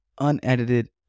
unedited